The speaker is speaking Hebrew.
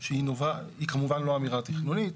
היא כמובן לא אמירה תכנונית,